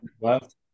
left